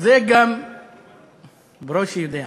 ברושי יודע.